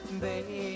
baby